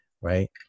right